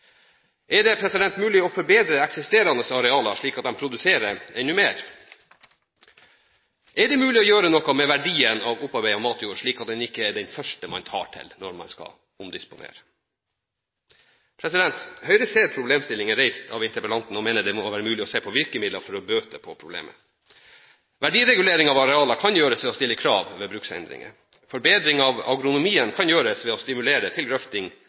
Er det mulig å forbedre eksisterende arealer slik at de produserer enda mer? Er det mulig å gjøre noe med verdien av opparbeidet matjord, slik at den ikke er den første man tar til når man skal omdisponere? Høyre ser problemstillingen reist av interpellanten og mener det må være mulig å se på virkemidler for å bøte på problemet. Verdiregulering av arealer kan gjøres ved å stille krav ved bruksendringer. Forbedring av agronomien kan gjøres ved å stimulere til grøfting